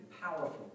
powerful